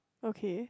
okay